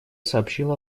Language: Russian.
сообщила